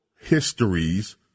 histories